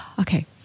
Okay